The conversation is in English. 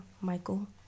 michael